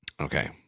Okay